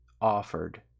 offered